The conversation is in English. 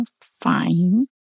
fine